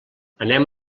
anem